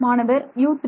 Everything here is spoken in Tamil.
மாணவர் U3